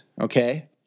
okay